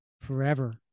forever